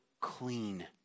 clean